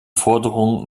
forderung